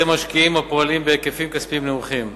משקיעים הפועלים בהיקפים כספיים נמוכים.